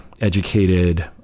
educated